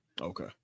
Okay